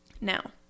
Now